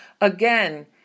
again